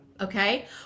okay